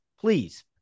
please